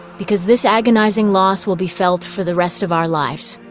because this agonizing loss will be felt for the rest of our lives.